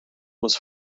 was